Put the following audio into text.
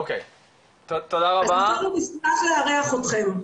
אז נשמח לארח אתכם.